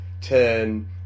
turn